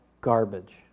garbage